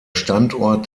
standort